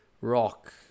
rock